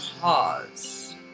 pause